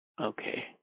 okay